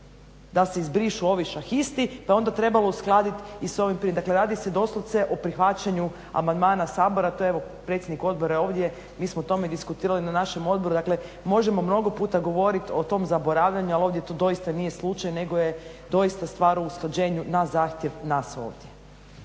da se izbrišu ovi šahisti pa je onda trebalo uskladiti i s ovim. Dakle, radi se doslovce o prihvaćanju amandmana Sabora. To je, evo predsjednik odbora je ovdje, mi smo o tome diskutirali na našem odboru. Dakle, možemo mnogo puta govoriti o tom zaboravljanju ali ovdje to doista nije slučaj nego je doista stvar o usklađenju na zahtjev nas ovdje.